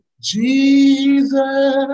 Jesus